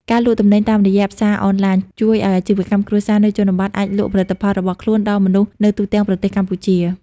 ការលក់ទំនិញតាមរយៈផ្សារអនឡាញ ជួយឱ្យអាជីវកម្មគ្រួសារនៅជនបទអាចលក់ផលិតផលរបស់ខ្លួនដល់មនុស្សនៅទូទាំងប្រទេសកម្ពុជា។